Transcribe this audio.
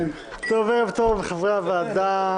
ערב טוב לחברי הוועדה,